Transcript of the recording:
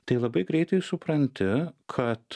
tai labai greitai supranti kad